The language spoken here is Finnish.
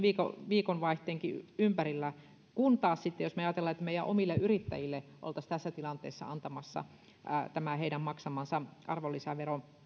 viikonvaihteenkin ympärillä kun taas sitten jos me ajattelemme että meidän omille yrittäjille olisimme tässä tilanteessa antamassa heidän maksamansa arvonlisäveron